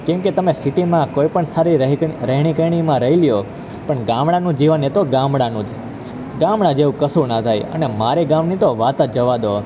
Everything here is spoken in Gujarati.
કેમકે તમે સિટીમાં કોઈ પણ સારી રહે રહેણીકહેણીમાં રહી લ્યો પણ ગામડાનું જીવન એ તો ગામડાનું જ ગામડા જેવું કશું ના થાય અને મારી ગામની તો વાત જ જવા દો